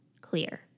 clear